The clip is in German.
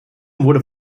wurde